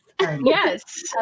Yes